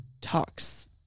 talks